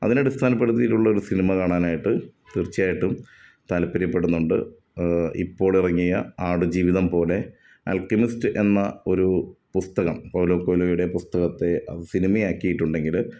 അതിനെ അടിസ്ഥാനപ്പെടുത്തിയിട്ടുള്ള ഒരു സിനിമ കാണാനായിട്ട് തീര്ച്ചയായിട്ടും താൽപ്പര്യപ്പെടുന്നുണ്ട് ഇപ്പോൾ ഇറങ്ങിയ ആട് ജീവിതം പോലെ ആല്ക്കെമിസ്റ്റ് എന്ന ഒരു പുസ്തകം പൗലോ കൊയ്ലോയുടെ പുസ്തകത്തെ അത് സിനിമയാക്കിയിട്ടുണ്ടെങ്കിൽ